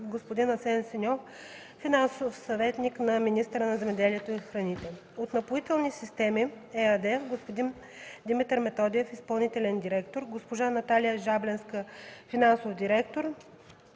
господин Асен Сеньов – финансов съветник на министъра на земеделието и храните. От „Напоителни системи” ЕАД: господин Димитър Методиев – изпълнителен директор, госпожа Наталия Жабленска – финансов директор,